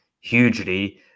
hugely